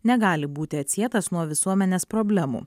negali būti atsietas nuo visuomenės problemų